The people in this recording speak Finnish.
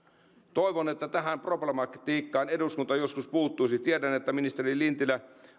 toivon että tähän problematiikkaan eduskunta joskus puuttuisi tiedän että ministeri lintilä